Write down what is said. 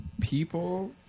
people